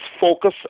focus